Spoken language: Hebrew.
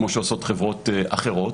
כמו שעושות חברות אחרות.